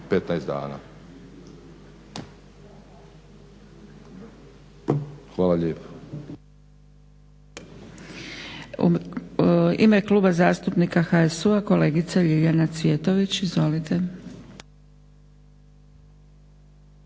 15 dana. Hvala lijepo.